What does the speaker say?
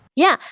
yeah.